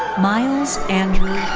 miles andrew